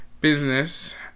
business